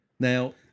Now